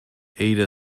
ada